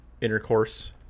intercourse